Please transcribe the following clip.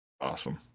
Awesome